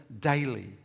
daily